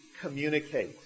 communicate